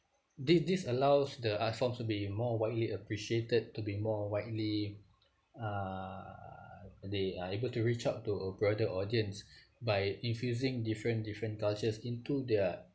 this this allows the art forms to be more widely appreciated to be more widely uh they are able to reach out to a broader audience by infusing different different cultures into their